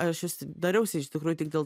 aš juos dariausi iš tikrųjų tik dėl